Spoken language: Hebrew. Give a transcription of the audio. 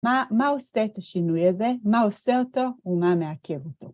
מה עושה את השינוי הזה, מה עושה אותו ומה מעקב אותו.